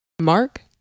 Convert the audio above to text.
Mark